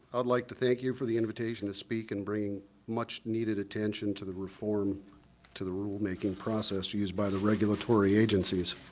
i'd like to thank you for the invitation to speak and bring much-needed attention to the reform to the rulemaking process used by the regulatory agencies.